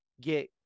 get